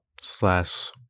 slash